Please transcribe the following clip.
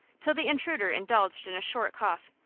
till the intruder indulged in a short cough,